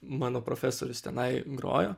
mano profesorius tenai grojo